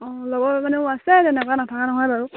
অঁ লগৰ মানেও আছে তেনেকুৱা নথকা নহয় বাৰু